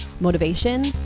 motivation